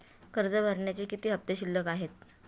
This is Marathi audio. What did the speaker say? कर्ज भरण्याचे किती हफ्ते शिल्लक आहेत?